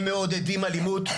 הם מעודדים אלימות,